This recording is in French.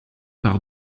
par